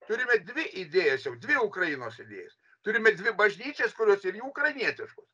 turime dvi idėjas jau dvi ukrainos idėjas turime dvi bažnyčias kurios irgi ukrainietiškos